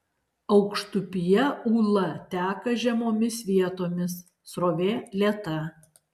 aukštupyje ūla teka žemomis vietomis srovė lėta